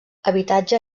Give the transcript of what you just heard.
habitatge